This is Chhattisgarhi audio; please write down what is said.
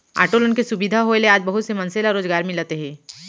आटो लोन के सुबिधा होए ले आज बहुत से मनसे ल रोजगार मिलत हे